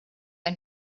ein